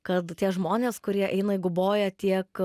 kad tie žmonės kurie eina į guboją tiek